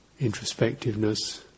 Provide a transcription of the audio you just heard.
introspectiveness